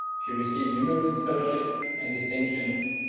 she received numerous fellowships and distinctions,